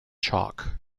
chalk